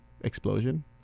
explosion